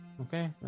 okay